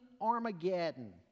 Armageddon